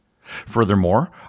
Furthermore